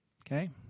Okay